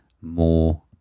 more